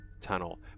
tunnel